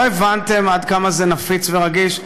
לא הבנתם עד כמה זה נפיץ ורגיש?